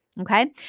Okay